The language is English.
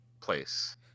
place